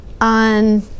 on